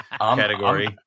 category